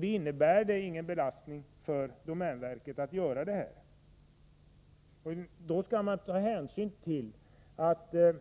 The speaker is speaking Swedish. Då innebär det ingen belastning för domänverket. Vi skalli dessa sammanhang komma ihåg att det i